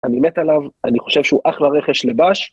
אני מת עליו, אני חושב שהוא אחלה רכש לבש.